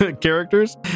characters